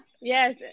yes